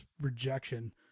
rejection